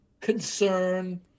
concern